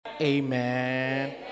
Amen